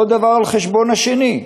לא דבר על חשבון השני.